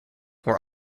were